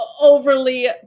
overly